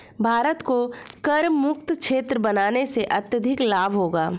भारत को करमुक्त क्षेत्र बनाने से अत्यधिक लाभ होगा